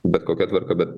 bet kokia tvarka bet